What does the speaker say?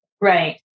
Right